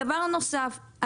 דבר נוסף,